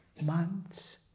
months